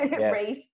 race